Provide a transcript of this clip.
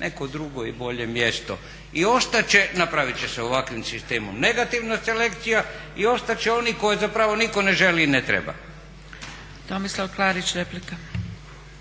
neko drugo i bolje mjesto i ostat će, napravit će se ovakvim sistemom negativna selekcija i ostat će oni koje zapravo nitko ne želi i ne treba. **Zgrebec, Dragica